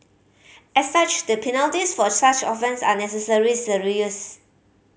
as such the penalties for such offence are necessary serious